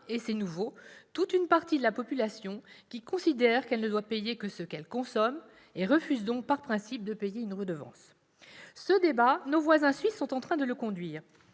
et c'est nouveau, toute une partie de la population qui considère qu'elle ne doit payer que ce qu'elle consomme et refuse donc- par principe -d'acquitter une redevance. Ce débat, nos voisins suisses sont en train de le conduire,